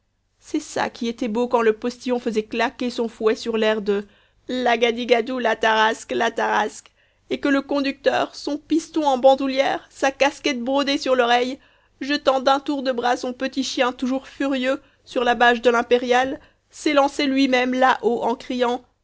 c'est ça qui était beau quand le postillon faisait claquer son fouet sur l'air de lagadigadeou la tarasque la tarasque et que le conducteur son piston en bandoulière sa casquette brodée sur l'oreille jetant d'un tour de bras son petit chien toujours furieux sur la bâche de l'impériale s'élançait lui-même là-haut en criant